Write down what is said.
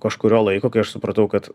kažkurio laiko kai aš supratau kad